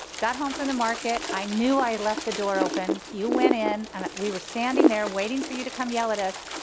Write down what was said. got home from the market, i knew i left the door open, you went in, and we were standing there, waiting for you to come yell at us,